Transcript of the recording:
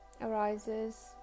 arises